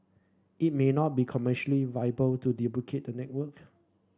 it may not be commercially viable to duplicate the network